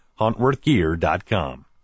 huntworthgear.com